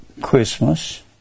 Christmas